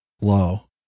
low